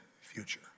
future